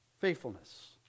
Faithfulness